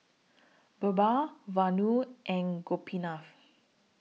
Birbal Vanu and Gopinath